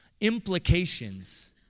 implications